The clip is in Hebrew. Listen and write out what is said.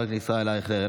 חבר הכנסת ישראל אייכלר,